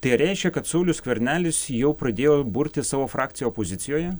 tai reiškia kad saulius skvernelis jau pradėjo burti savo frakciją opozicijoje